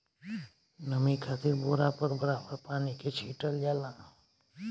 नमी खातिर बोरा पर बराबर पानी के छीटल जाला